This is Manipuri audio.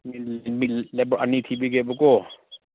ꯃꯤ ꯂꯦꯕꯣꯔ ꯑꯅꯤ ꯊꯤꯕꯤꯒꯦꯕꯀꯣ